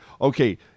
okay